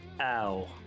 Ow